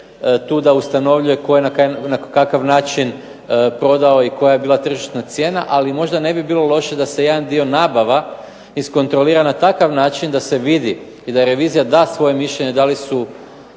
tu da ustanovljuje tko na kakav način je prodao i koja je bila tržišna cijena ali možda ne bi bilo loše da se jedan dio nabave iskontrolira na takav način da se vidi i da revizija da svoje mišljenje da li su